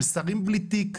של שרים בלי תיק,